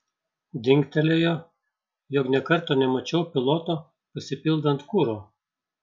dingtelėjo jog nė karto nemačiau piloto pasipildant kuro